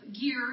gear